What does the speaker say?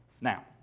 Now